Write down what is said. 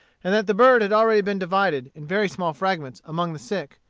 and that the bird had already been divided, in very small fragments, among the sick.